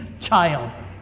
child